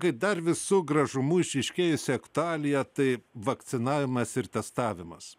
kaip dar visu gražumu išryškėjusi aktualija tai vakcinavimas ir testavimas